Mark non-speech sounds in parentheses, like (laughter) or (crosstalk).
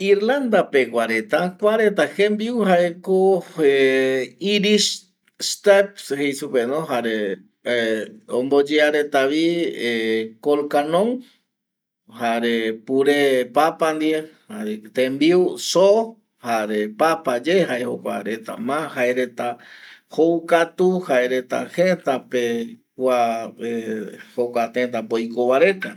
Irlanda pegua reta kua reta jembiu jaeko (hesitation) inish step jeisupeno jare omboyea retavi (hesitation) colcanon jare pure papa ndie jare tembiu soo jare papa ndie jae jokua reta jaereta ma joukatu jaereta jëtape kua jokua tëtape opikova reta